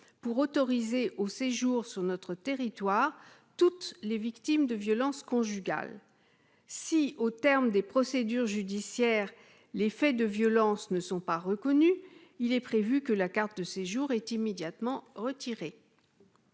pour autoriser au séjour sur notre territoire, toutes les victimes de violences conjugales, si au terme des procédures judiciaires les faits de violence ne sont pas reconnus, il est prévu que la carte de séjour est immédiatement retiré.